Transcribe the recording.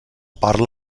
parla